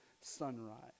sunrise